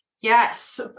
yes